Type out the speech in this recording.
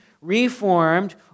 reformed